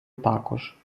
також